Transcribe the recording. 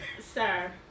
Sir